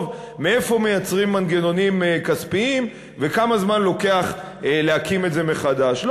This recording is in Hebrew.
מאיפה מייצרים מנגנונים כספיים וכמה זמן לוקח להקים את זה מחדש.